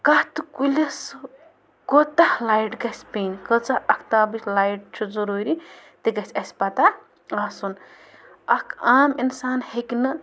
کَتھ کُلِس کوتاہ لایِٹ گژھِ پیٚنۍ کٲژاہ اَکھتابٕچ لایِٹ چھِ ضٔروٗری تہِ گژھِ اَسہِ پَتَہ آسُن اَکھ عام اِنسان ہیٚکہِ نہٕ